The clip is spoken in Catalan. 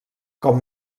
com